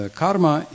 karma